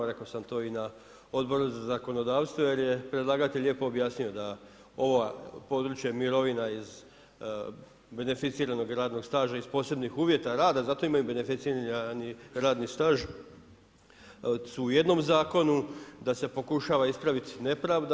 Rekao sam to i na Odboru za zakonodavstvo jer je predlagatelj lijepo objasnio da ovo područje mirovina iz beneficiranog radnog staža iz posebnih uvjeta rada zato imaju beneficirani radni staž su u jednom zakonu, da se pokušava ispraviti nepravda.